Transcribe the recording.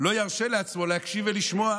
לא ירשה לעצמו להקשיב ולשמוע,